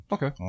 Okay